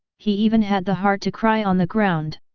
he even had the heart to cry on the ground.